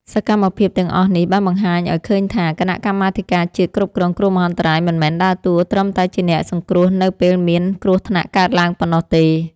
សកម្មភាពទាំងអស់នេះបានបង្ហាញឱ្យឃើញថា គណៈកម្មាធិការជាតិគ្រប់គ្រងគ្រោះមហន្តរាយមិនមែនដើរតួត្រឹមតែជាអ្នកសង្គ្រោះនៅពេលមានគ្រោះថ្នាក់កើតឡើងប៉ុណ្ណោះទេ។